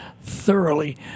thoroughly